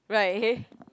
right hey